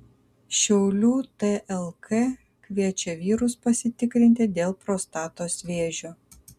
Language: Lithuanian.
šiaulių tlk kviečia vyrus pasitikrinti dėl prostatos vėžio